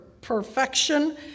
perfection